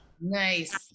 Nice